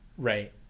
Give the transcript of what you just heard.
Right